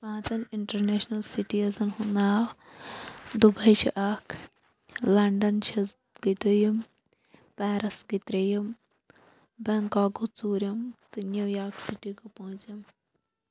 پانٛژھن international citizen ہُند ناو دُبیۍ چھُ اکھ لَنڈن چھِ گٔے دوٚیِم پیرس گٔے تریِم بینکاک گوٚو ژوٗرِم تہٕ نیویارک سِٹی گوٚو پونٛژم